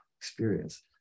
experience